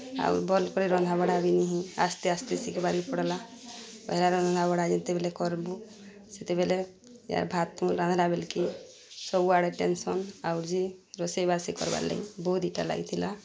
ଆଉ ଭଲ୍ କରି ରନ୍ଧାବଢ଼ା ବି ନିିହେଇ ଆସ୍ତେ ଆସ୍ତେ ଶିଖ୍ବାକେ ପଡ଼୍ଲା ପହେଲା ରନ୍ଧାବଢ଼ା ଯେତେବେଲେ କର୍ବୁ ସେତେବେଲେ ୟ ଭାତ୍ ତୁନ୍ ରାନ୍ଧ୍ଲା ବେଲ୍କେ ସବୁଆଡ଼େ ଟେନ୍ସନ୍ ଆଉର୍ ଯେ ରୋଷେଇବାସ କର୍ବାର୍ ଲାଗି ବହୁତ୍ ଇଟା ଲାଗିଥିଲା